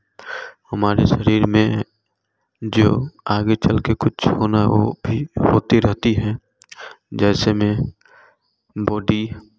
हमारे शरीर में जो आगे चल कर कुछ होना हो भी होती रहती है जैसे मैं बॉडी